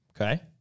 Okay